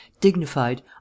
dignified